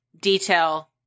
detail